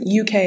UK